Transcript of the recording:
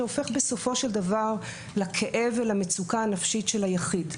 שהופך בסופו של דבר לכאב ולמצוקה הנפשית של היחיד,